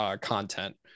content